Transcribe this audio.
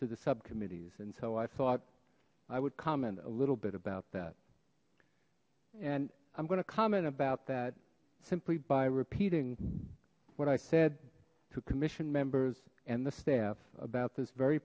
to the subcommittee's and so i thought i would comment a little bit about that and i'm going to comment about that simply by repeating what i said to commission members and the staff about this very